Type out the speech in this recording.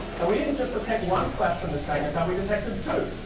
and we didn't just detect one flash from this magnetar, we detected two.